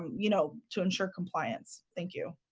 you know to ensure clients. thank you?